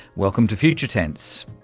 welcome to future tense.